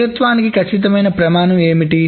స్థిరత్వానికి ఖచ్చితమైన ప్రమాణం ఏమిటి